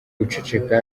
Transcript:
guceceka